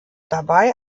dabei